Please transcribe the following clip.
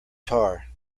tar